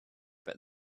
but